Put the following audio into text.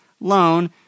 loan